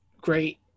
great